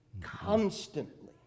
constantly